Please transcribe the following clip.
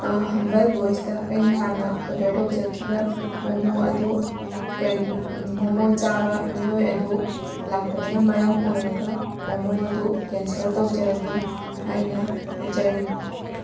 humble ꯕꯣꯏꯁꯇ ꯑꯩꯅ ꯍꯥꯟꯅ ꯑꯣꯔꯗꯔ ꯇꯧꯖꯈꯤꯕ ꯃꯣꯃꯣ ꯑꯗꯨ ꯀꯔꯤ ꯃꯣꯃꯣ ꯆꯥꯕ ꯃꯤꯑꯣꯏ ꯑꯗꯨ ꯂꯥꯛꯇꯕꯅ ꯃꯔꯝ ꯑꯣꯏꯔꯒ ꯃꯣꯃꯣ ꯑꯗꯨ ꯀꯦꯟꯁꯦꯜ ꯇꯧꯖꯔꯒꯦ ꯍꯥꯏꯅ ꯍꯥꯏꯖꯔꯤ